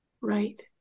Right